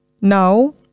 Now